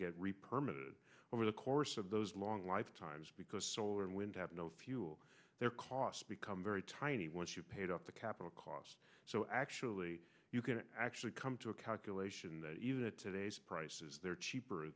re permit over the course of those long life times because solar and wind have no fuel their costs become very tiny once you've paid off the capital cost so actually you can actually come to a calculation that even at today's prices they're cheaper